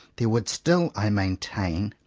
there would still, i maintain,